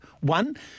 One